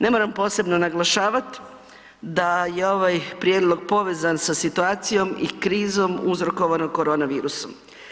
Ne moram posebno naglašavat da je ovaj prijedlog povezan sa situacijom i krizom uzrokovanom korona virusom.